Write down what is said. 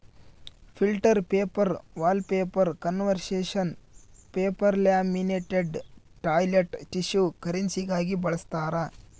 filter paper wallpaper conservation paper laminated toilet tissue ಕರೆನ್ಸಿಗಾಗಿ ಬಳಸ್ತಾರ